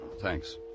Thanks